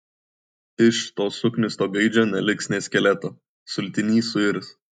iš to suknisto gaidžio neliks nė skeleto sultiny suirs